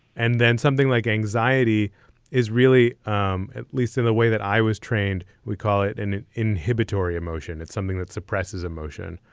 and then something like anxiety is really um at least in the way that i was trained. we call it and an inhibitory emotion. it's something that suppresses emotion.